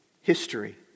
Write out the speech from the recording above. history